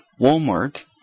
Walmart